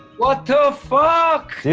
what the fuck? dude,